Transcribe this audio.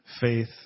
faith